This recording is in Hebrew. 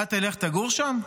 אתה תלך לגור שם?